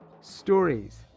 stories